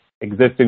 existing